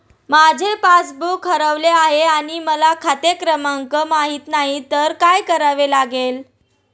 माझे पासबूक हरवले आहे आणि मला खाते क्रमांक माहित नाही तर काय करावे लागेल?